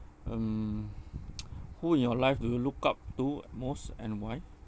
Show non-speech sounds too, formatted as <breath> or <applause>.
um <breath> <noise> who in your life do you look up to most and why